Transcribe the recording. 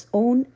own